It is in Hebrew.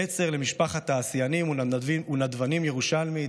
נצר למשפחת תעשיינים ונדבנים ירושלמית,